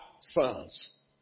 sons